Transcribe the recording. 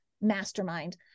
Mastermind